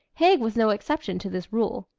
haig was no exception to this rule.